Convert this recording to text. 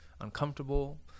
uncomfortable